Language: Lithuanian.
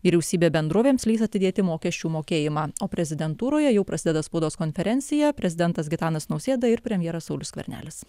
vyriausybė bendrovėms leis atidėti mokesčių mokėjimą o prezidentūroje jau prasideda spaudos konferencija prezidentas gitanas nausėda ir premjeras saulius skvernelis